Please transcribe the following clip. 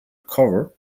cover